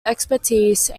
expertise